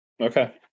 Okay